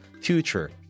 Future